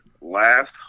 last